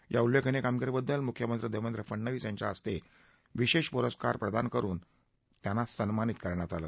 या उल्लेखनीय कामगिरीबद्दल मुख्यमंत्री देवेंद्र फडणवीस यांच्या हस्ते विशेष पुरस्कार प्रदान करुन सन्मानीत करण्यात आलं